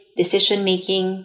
decision-making